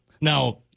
now